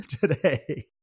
today